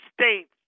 states